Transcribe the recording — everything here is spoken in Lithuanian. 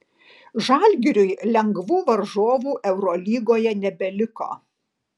žalgiriui lengvų varžovų eurolygoje nebeliko